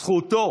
זכותו